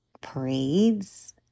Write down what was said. parades